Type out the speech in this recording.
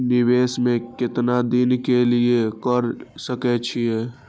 निवेश में केतना दिन के लिए कर सके छीय?